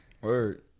Word